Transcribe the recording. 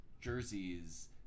jerseys